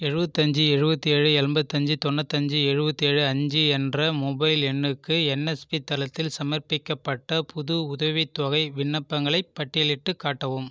எழுபத்தி அஞ்சு எழுபத்தி ஏழு எண்பத்தி அஞ்சு தொண்ணூற்றி அஞ்சு எழுபத்தி ஏழு அஞ்சு என்ற மொபைல் எண்ணுக்கு என்எஸ்பி தளத்தில் சமர்ப்பிக்கப்பட்ட புது உதவித்தொகை விண்ணப்பங்களை பட்டியலிட்டு காட்டவும்